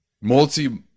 multi